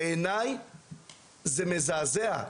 בעיניי זה מזעזע.